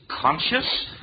conscious